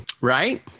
Right